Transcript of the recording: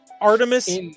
artemis